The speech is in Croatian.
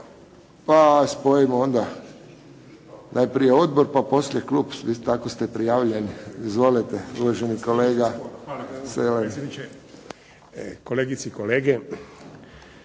Pa spojimo onda, najprije odbor pa poslije klub, i tako ste prijavljeni. Izvolite, uvaženi kolega